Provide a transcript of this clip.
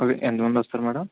అదే ఎంత మంది వస్తారు మేడం